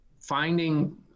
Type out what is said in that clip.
finding